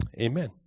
Amen